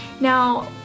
Now